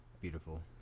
Beautiful